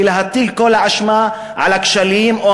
ולהטיל את כל האשמה על הכשלים או